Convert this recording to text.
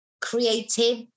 creative